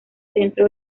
centro